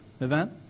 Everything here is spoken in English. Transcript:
event